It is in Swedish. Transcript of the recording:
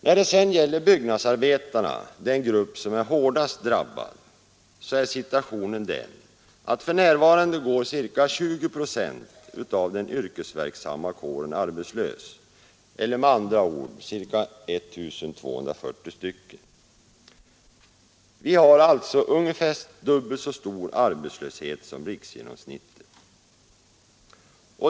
När det sedan gäller byggnadsarbetarna, den grupp som är hårdast drabbad, är situationen den att för närvarande går ca 20 procent av den yrkesverksamma kåren arbetslös eller med andra ord ca 1 240 personer. Vi har alltså dubbelt så stor arbetslöshet som riksgenomsnittet.